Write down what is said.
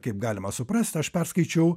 kaip galima suprasti aš perskaičiau